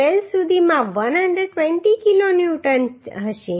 12 સુધીમાં 120 kilo newton હશે